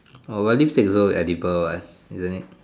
oh but lipstick is also edible what isn't it